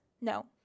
No